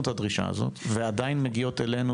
את הדרישה הזו ועדיין מגיעות תלונות אלינו,